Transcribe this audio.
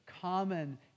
common